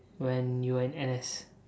when you are in N_S